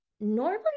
normally